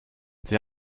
sie